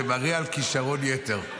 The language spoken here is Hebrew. זה מראה על כישרון יתר,